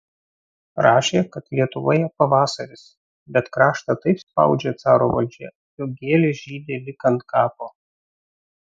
rašė kad lietuvoje pavasaris bet kraštą taip spaudžia caro valdžia jog gėlės žydi lyg ant kapo